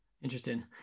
Interesting